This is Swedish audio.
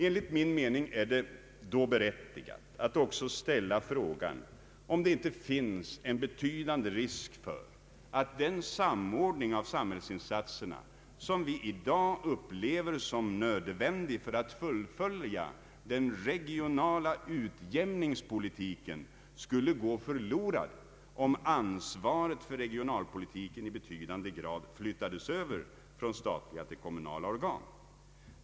Enligt min mening är det då berättigat att ställa frågan, om det inte finns en betydande risk för att den samordning av samhällsinsatserna som vi i dag upplever såsom nödvändig för att fullfölja den regionala utjämningspolitiken skulle gå förlorad om ansvaret för regionalpolitiken i betydande grad flyttades över från statliga till kommunala organ.